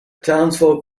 townsfolk